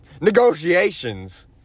negotiations